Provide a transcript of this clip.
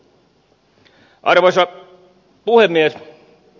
arvoisa puhemies